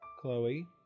Chloe